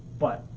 but,